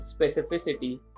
specificity